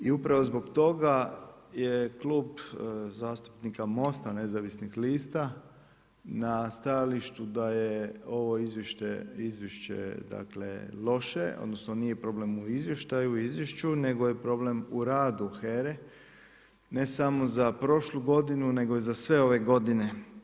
I upravo zbog toga je Klub zastupnika MOST-a Nezavisnih lista na stajalištu da je ovo izvješće loše, odnosno nije problem u izvještaju i izvješću nego je problem u radu HERA-e, ne samo za prošlu godinu nego i za sve ove godine.